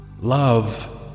Love